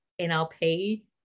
NLP